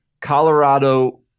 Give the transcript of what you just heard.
Colorado